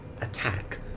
attack